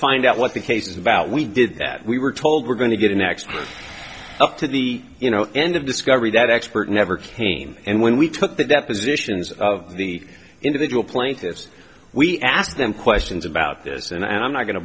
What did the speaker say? find out what the case is about we did that we were told we're going to get an extra up to the you know end of discovery that expert never came and when we took the depositions of the individual plaintiffs we asked them questions about this and i'm not going to